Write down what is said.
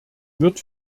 wird